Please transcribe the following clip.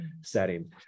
setting